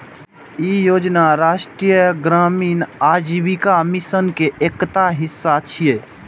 ई योजना राष्ट्रीय ग्रामीण आजीविका मिशन के एकटा हिस्सा छियै